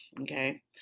okay